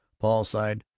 paul sighed,